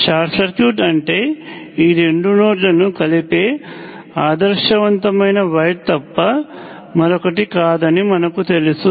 short circuit అంటే ఈ రెండు నోడ్ లను కలిపే ఆదర్శవంతమైన వైర్ తప్ప మరొకటి కాదని మనకు తెలుసు